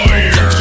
Fire